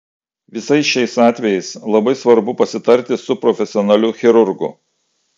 visais šiais atvejais labai svarbu pasitarti su profesionaliu chirurgu